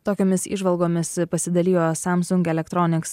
tokiomis įžvalgomis pasidalijo samsung electronics